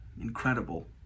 incredible